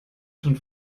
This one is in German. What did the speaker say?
schon